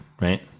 Right